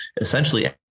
essentially